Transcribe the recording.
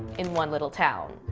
in one little town.